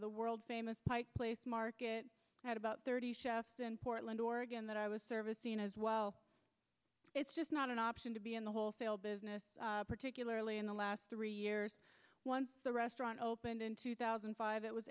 the world famous pike place market it had about thirty chefs in portland oregon that i was servicing as well it's just not an option to be in the wholesale business particularly in the last three years once the restaurant opened in two thousand and five it was